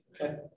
Okay